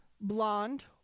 blonde